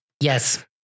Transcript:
Yes